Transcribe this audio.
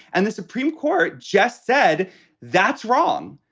and the supreme court just said that's wrong.